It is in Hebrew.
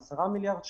10 מיליארד שקל.